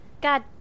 God